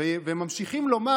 וממשיכים לומר,